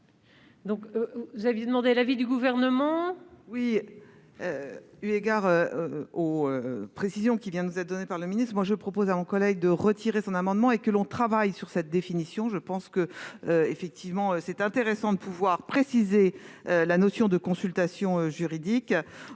est à Mme le rapporteur. Eu égard aux précisions qui viennent de nous être données par le ministre, je propose à notre collègue de retirer son amendement. Il faut que l'on travaille sur cette définition. Je pense qu'il est intéressant de pouvoir préciser la notion de consultation juridique.